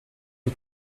del